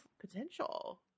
potential